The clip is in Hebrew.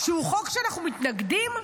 שהוא חוק שאנחנו מתנגדים לו?